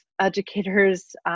educators